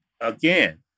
again